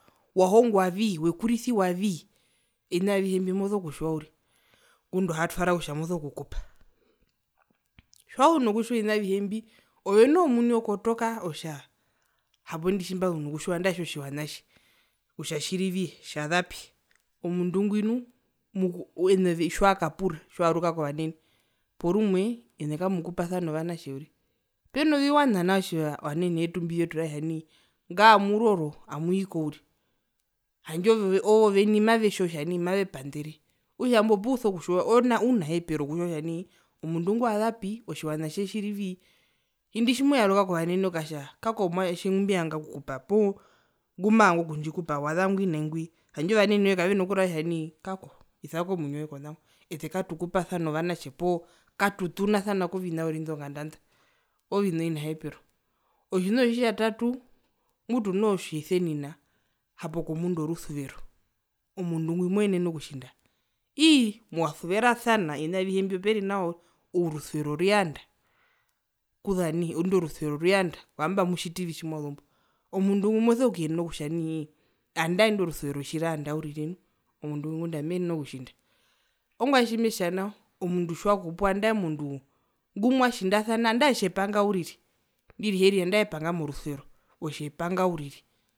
Wahongwavii wekurisiwavii ovina avihe mbi moso kutjiwa uriri ngundo hatwara kokutja moso kukupa tjiwazu nokutjiwa ovina avihe mbi ove noho omuni okotoka otja hapo indi tjimbazu nokutjiwa andae itjo tjiwana tji kutja tjirivii tjazapi omundu ngwi nu moku tjiwakapura tjiwaruka kovanene porumwe ene kamukupasana ovanatje uriri peno viwana nao tjiva ovanene vetu mbiveturaera kutja nai ngaamuroro amwiiko uriri handje ooveni mavetjiwa kutja hanii mavepandereye okutja imbo opuso kutjiwa ouna hepero wokutjiwa kutja nai omundu ngwi wazapi otjiwana tje tjirivii indi tjimoyaruka kovanene okatja kako mwatje ngumeyanga okukupa poo ngumavanga okundjikupawaza ngwi nai ngwi handje ovanenewe kavena kuraerwa kutja nai kako isako mwinyo woye konango ete katukupasana ovanatje poo katutunasana kovina uriri indo zonganda nda oovina ovinahepero. Otjina otjitjatatu mutu noho otjisenina hapo kombunda orusuvero omundu ngwi moenene okutjinda ii mwasuversana ovina avihe mbio peri nawa uriri orusuvero ruyanda kuza nai indo rusuvero ruyanda kwamba amutjitivi tjimwazumbo omundu ngo moso kuyenena kutja nii andae indo rusuvero tjirwaanda uriri omundu ngwi ngunda meenene okutjinda ongwae tjimetja nao omundu tjiwakupwa andae omundu ngumwatjindasana angae otjepanga uriri ndiriheri epanga morusuvero otjepanga uriri